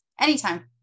anytime